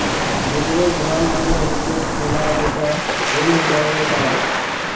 Bengal gram মানে হচ্ছে ছোলা যেটা হলুদ রঙে পাই